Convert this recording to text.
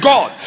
God